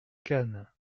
cannes